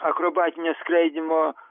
akrobatinio skraidymo